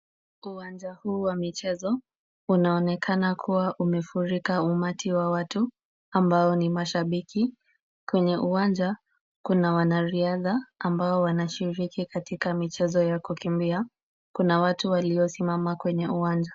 Uwanja huu wa michezo unaonekana kuwa umefurika umati wa watu ambao ni mashabiki. Kwenye uwanja kuna wanariadha ambao wanashiriki katika michezo ya kukimbia. Kuna watu waliosimama kwenye uwanja.